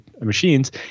machines